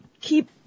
keep